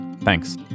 Thanks